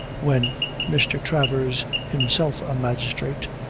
when mr. travers, himself a magistrate,